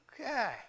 Okay